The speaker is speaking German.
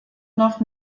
noch